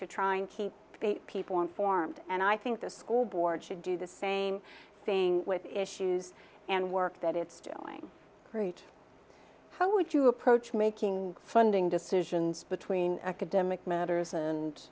to try and keep people informed and i think the school board should do the same thing with issues and work that it's doing great how would you approach making funding decisions between academic matters and